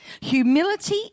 Humility